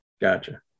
Gotcha